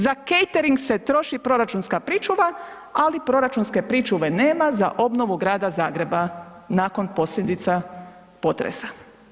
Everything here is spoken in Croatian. Za catering se troši proračunska pričuva, ali proračunske pričuve nema za obnovu grada Zagreba nakon posljedica potresa.